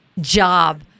job